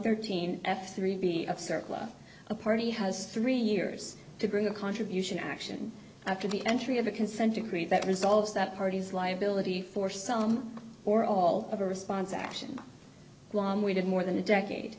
circle a party has three years to bring a contribution action after the entry of a consent decree that resolves that parties liability for some or all of a response action we did more than a decade